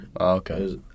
Okay